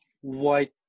white